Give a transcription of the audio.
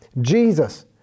Jesus